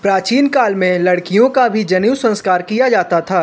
प्राचीन काल मे लड़कियों का भी जनेऊ संस्कार किया जाता था